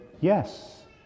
yes